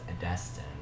Destin